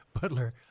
Butler